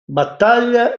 battaglia